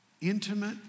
intimate